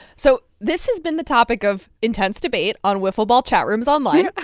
so this has been the topic of intense debate on wiffle ball chat rooms online